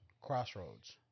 crossroads